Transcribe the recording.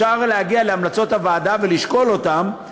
אפשר להגיע להמלצות הוועדה ולשקול אותן,